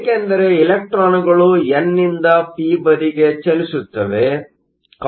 ಏಕೆಂದರೆ ಇಲೆಕ್ಟ್ರಾನ್ಗಳು ಎನ್ ನಿಂದ ಪಿ ಬದಿಗೆ ಚಲಿಸುತ್ತವೆ